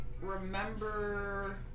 remember